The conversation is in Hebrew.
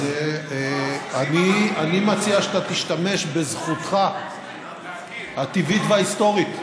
אני מציע שאתה תשתמש בזכותך הטבעית וההיסטורית,